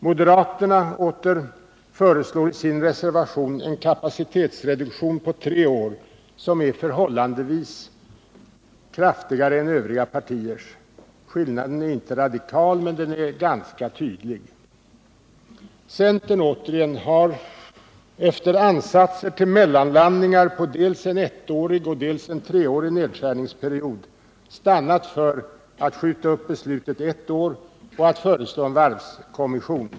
Moderaterna föreslår i sin reservation en kapacitetsreduktion på tre år som är förhållandevis kraftigare än övriga partiers. Skillnaden är inte radikal men ganska tydlig. Centern åter har — efter ansatser till mellanlandningar på dels en ettårig, dels en treårig nedskärningsperiod — stannat för att skjuta upp beslutet ett år och att föreslå en varvskommission.